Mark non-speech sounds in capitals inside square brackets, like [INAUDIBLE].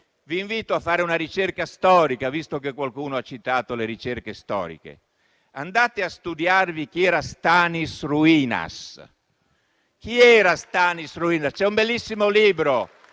vi invito a fare una ricerca storica, visto che qualcuno ha citato le ricerche storiche. Andate a studiarvi chi era Stanis Ruinas. [APPLAUSE] C'è un bellissimo libro